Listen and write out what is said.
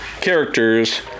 characters